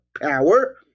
power